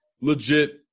Legit